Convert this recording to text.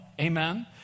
amen